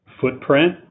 footprint